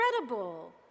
incredible